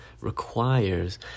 requires